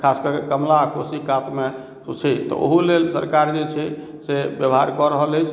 खास कऽ के कमला आ कोशी कात मे छै तऽ ओहो लेल सरकार जे छै से व्यवहार कऽ रहल अछि